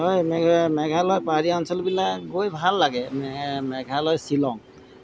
হয় মেঘ মেঘালয় পাহাৰীয়া অঞ্চলবিলাক গৈ ভাল লাগে মেঘালয় শ্বিলং